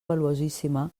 valuosíssima